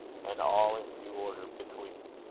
and all in due order between?